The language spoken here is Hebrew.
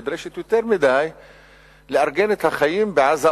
נדרשת יותר מדי לארגן את החיים בעזה,